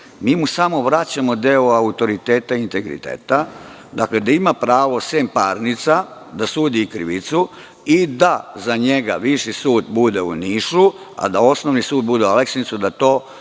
Mi mu samo vraćamo deo autoriteta i integriteta, da ima pravo, sem parnica, da sudi i krivicu i da za njega viši sud bude u Nišu, a da osnovni sud bude u Aleksincu, da to